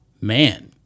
man